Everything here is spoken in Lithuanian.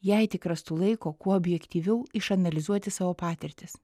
jei tik rastų laiko kuo objektyviau išanalizuoti savo patirtis